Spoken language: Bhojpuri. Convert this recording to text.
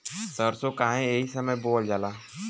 सरसो काहे एही समय बोवल जाला?